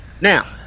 Now